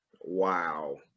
Wow